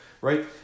right